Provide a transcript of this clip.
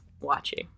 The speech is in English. watching